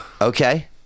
Okay